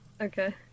Okay